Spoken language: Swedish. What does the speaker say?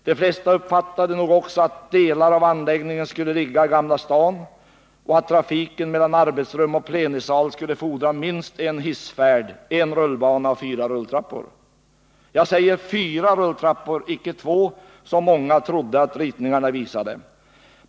De flesta uppfattade nog också att delar av anläggningen skulle ligga i Gamla Stan och att trafiken mellan arbetsrum och plenisal skulle fordra minst en hissfärd, en rullbana och fyra rulltrappor. Jag säger fyra rulltrappor, inte två, som många trodde att ritningarna visade.